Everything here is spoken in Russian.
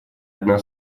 одна